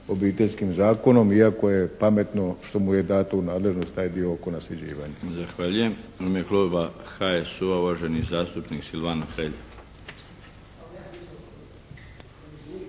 Obiteljskim zakonom, iako je pametno što mu je dato u nadležnost taj dio oko nasljeđivanja.